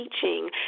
teaching